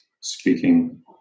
speaking